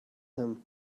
him